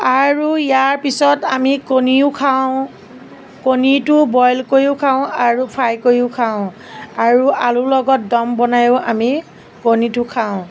আৰু ইয়াৰ পিছত আমি কণীও খাওঁ কণীটো বইল কৰিও খাওঁ আৰু ফ্ৰাই কৰিও খাওঁ আৰু আলুৰ লগত দম বনাইও আমি কণীটো খাওঁ